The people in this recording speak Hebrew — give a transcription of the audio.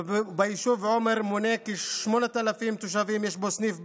היישוב עומר מונה כ-8,000 תושבים, יש בו סניף בנק.